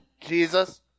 Jesus